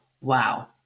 Wow